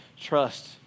trust